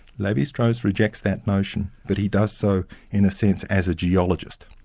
levi-strauss rejects that notion, but he does so in a sense, as a geologist.